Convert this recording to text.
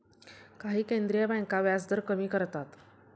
काही केंद्रीय बँका व्याजदर कमी करतात